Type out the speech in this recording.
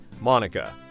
Monica